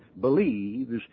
believes